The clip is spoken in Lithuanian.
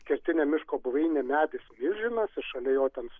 kertinė miško buveinė medis milžinas ir šalia jo ten